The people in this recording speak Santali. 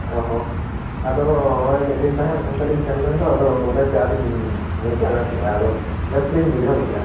ᱚ ᱦᱮᱸ ᱟᱫᱚ ᱦᱳᱭ ᱢᱤᱫ ᱫᱤᱱ ᱛᱟᱦᱮᱱ ᱚᱱᱛᱮ ᱞᱤᱧ ᱥᱮᱱ ᱞᱮᱱ ᱫᱚ ᱟᱫᱚ ᱪᱟ ᱞᱤᱧ ᱧᱩ ᱧᱩ ᱛᱟᱨᱟ ᱠᱮᱫᱼᱟ ᱟᱫᱚ ᱵᱮᱥ ᱞᱤᱧ ᱵᱩᱷᱟᱹᱣ ᱠᱮᱜᱼᱟ